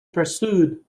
pursued